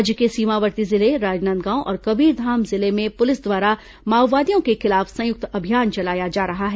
राज्य के सीमावर्ती जिले राजनांदगांव और कबीरधाम जिले में पुलिस द्वारा माओवादियों के खिलाफ संयुक्त अभियान चलाया जा रहा है